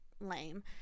lame